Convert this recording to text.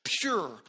pure